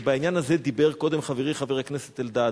ובעניין הזה דיבר קודם חברי, חבר הכנסת אלדד: